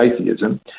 atheism